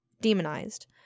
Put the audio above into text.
demonized